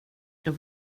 jag